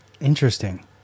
Interesting